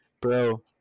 Bro